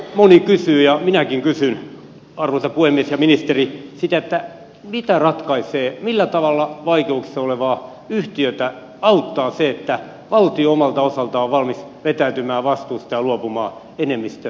moni kysyy ja minäkin kysyn arvoisa puhemies ja ministeri sitä mitä ratkaisee millä tavalla vaikeuksissa olevaa yhtiötä auttaa se että valtio omalta osaltaan on valmis vetäytymään vastuustaan ja luopumaan enemmistöosuudestaan